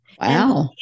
Wow